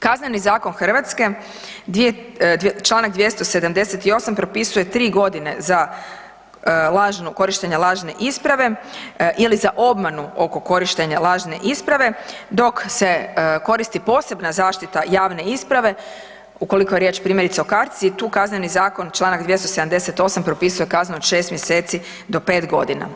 Kazneni zakon Hrvatske Članak 278. propisuje 3 godine za lažnu, korištenje lažne isprave ili za obmanu oko korištenja lažne isprave dok se koristi posebna zaštita javne isprave ukoliko je riječ primjerice o kartici i tu Kazneni zakon 278. propisuje kaznu od 6 mjeseci do 5 godina.